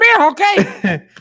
Okay